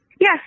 Yes